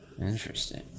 interesting